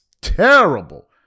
terrible